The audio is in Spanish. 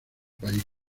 país